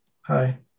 Hi